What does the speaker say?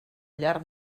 llarg